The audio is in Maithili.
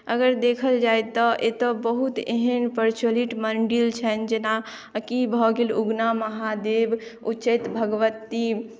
अगर देखल जाय तऽ एतौ एहन बहुत प्रचिलत मन्दिर छनि जेना की भऽ गेल उगना महादेव उच्चैठ भगवती